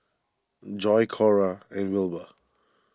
Joi Cora and Wilbur